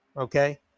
Okay